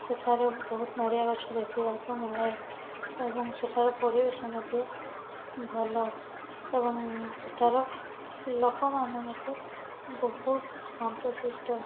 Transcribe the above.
ସେଠାରେ ବହୁତ ନଡ଼ିଆ ଗଛ ଦେଖିବାକୁ ମିଳେ ଏବଂ ସେଠାର ପରିବେଶ ମଧ୍ୟ ଭଲ ଏବଂ ସେଠାର ଲୋକମାନେ ମଧ୍ୟ ବହୁତ ଶାନ୍ତ ଶିଷ୍ଟ